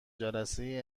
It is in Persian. جلسه